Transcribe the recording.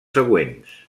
següents